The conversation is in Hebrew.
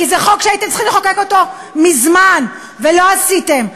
כי זה חוק שהייתם צריכים לחוקק מזמן ולא עשיתם.